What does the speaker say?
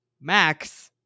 Max